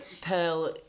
Pearl